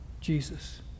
Jesus